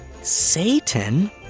Satan